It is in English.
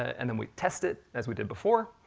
and then we test it as we did before.